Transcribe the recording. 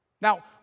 Now